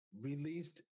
released